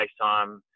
FaceTime